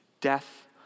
death